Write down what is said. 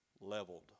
Leveled